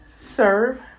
serve